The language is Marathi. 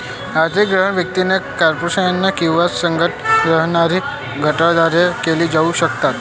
आर्थिक गुन्हे व्यक्ती, कॉर्पोरेशन किंवा संघटित गुन्हेगारी गटांद्वारे केले जाऊ शकतात